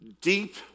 deep